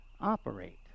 operate